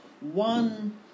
one